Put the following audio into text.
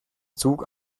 zug